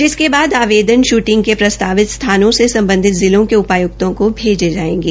जिसके बाद आवेदन श्टिंग के प्रस्तवित स्थानों से सम्बधित जिलों के उपायुक्तों को भैजे जायेंगे